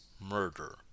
murder